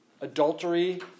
Adultery